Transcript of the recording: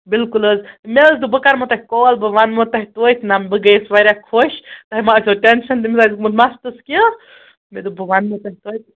بِلکُل حظ مےٚ حظ دوٚپ بہٕ کَرمو تۄہہِ کال بہٕ وَنمو تۄہہِ توتہِ نَہ بہٕ گٔیَس واریاہ خۄش تۄہہِ ما آسٮ۪و ٹٮ۪نشَن تٔمِس آسہِ گوٚمُت مَستَس کیٚنٛہہ مےٚ دوٚپ بہٕ وَنمو تۄہہِ توتہِ